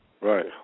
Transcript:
Right